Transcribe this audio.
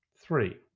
Three